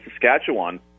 Saskatchewan